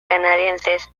canadienses